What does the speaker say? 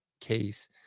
case